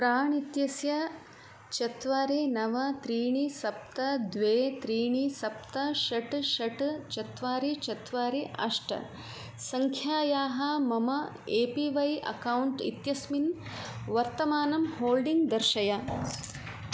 प्राण् इत्यस्य चत्वारि नव त्रीणि सप्त द्वे त्रीणि सप्त षट् षट् चत्वारि चत्वारि अष्ट संख्यायाः मम ए पी वै अकौण्ट् इत्यस्मिन् वर्तमानं होल्डिङ्ग् दर्शय